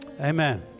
Amen